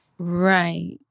Right